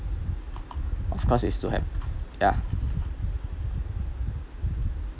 of course it still have yeah